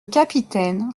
capitaine